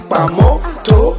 Pamoto